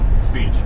speech